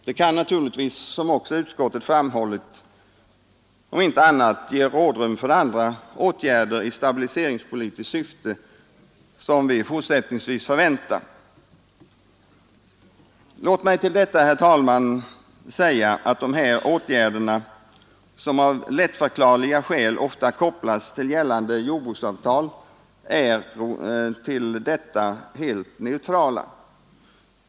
Det kan naturligtvis, som också utskottet framhållit, om inte annat ge rådrum för andra åtgärder i stabiliseringspolitiskt syfte som vi fortsättningsvis förväntar. Låt mig tillägga, herr talman, att de här åtgärderna, som av lättförklarliga skäl ofta kopplas till gällande jordbruksavtal, är helt neutrala i förhållande till detta.